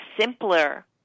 simpler